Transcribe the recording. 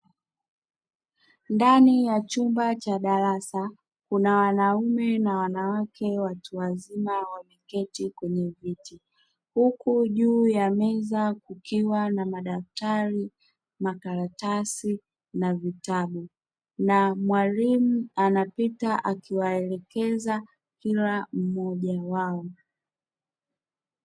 Ndani ya chumba cha darasa kuna wanaume na wanawake, watu wazima wakiketi kwenye viti huku juu ya meza kukiwa na madaftari, makaratasi na vitabu na mwalimu anapita akiwaelekeza kila mmoja wao.